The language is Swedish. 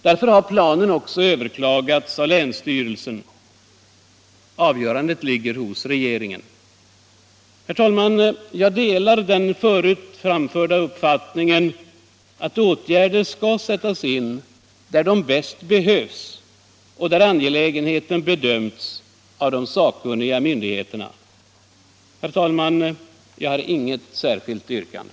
Därför har planen också överklagats av länsstyrelsen. Avgörandet ligger hos regeringen. Herr talman! Jag delar den förut i debatten framförda uppfattningen att åtgärder skall sättas in där de bäst behövs och där angelägenheten bedömts av de sakkunniga myndigheterna. Herr talman! Jag har inget särskilt yrkande.